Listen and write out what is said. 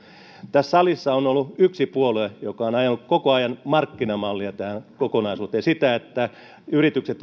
tässä salissa on ollut yksi puolue joka on ajanut koko ajan markkinamallia tähän kokonaisuuteen sitä että yritykset